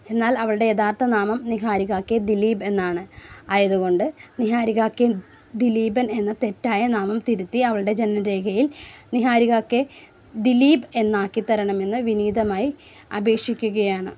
എന്നാൽ അവളുടെ യഥാർത്ഥനാമം നിഹാരിക കെ ദിലീപ് എന്നാണ് ആയതുകൊണ്ട് നിഹാരി കെ ദിലീപൻ എന്ന തെറ്റായ നാമം തിരുത്തി അവളുടെ ജനനരേഖയിൽ നിഹാരിക കെ ദിലീപ് എന്നാക്കിത്തരണമെന്ന് വിനീതമായി അപേക്ഷിക്കുകയാണ്